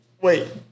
Wait